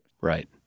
Right